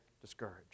discouraged